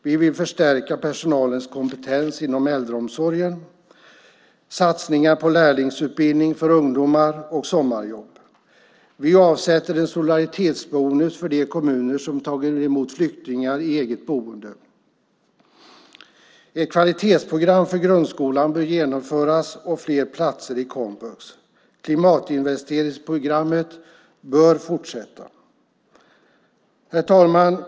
Vi vill förstärka personalens kompetens inom äldreomsorgen. Vi vill satsa på lärlingsutbildning och sommarjobb för ungdomar. Vi avsätter medel för en solidaritetsbonus för de kommuner som har tagit emot flyktingar i eget boende. Ett kvalitetsprogram för grundskolan bör genomföras och vi bör ha fler platser i komvux. Klimatinvesteringsprogrammet bör fortsätta. Herr talman!